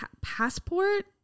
passport